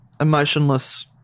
emotionless